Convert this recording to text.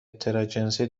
تراجنسی